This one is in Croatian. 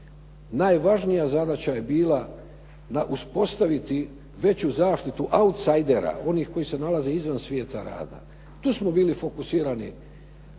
Najvažnija zadaća je bila uspostaviti veću zaštitu autsajdera, onih koji se nalaze izvan svijeta rada. Tu smo bili fokusirali,